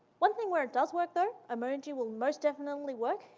one thing where it does work, though, emoji will most definitely work,